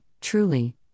Truly